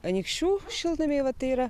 anykščių šiltnamiai va tai yra